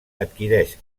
adquireix